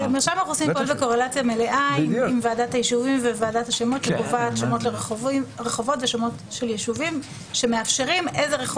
אני מבין שוועדת הבחירות המרכזית כבר אמרה שהיא